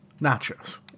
nachos